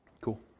Cool